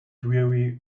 dreary